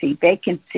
vacancy